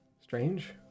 strange